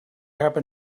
happen